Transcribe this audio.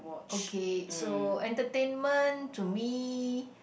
okay so entertainment to me